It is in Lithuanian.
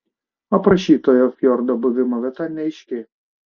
aprašytojo fjordo buvimo vieta neaiški